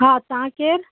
हा तव्हां केरु